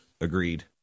Agreed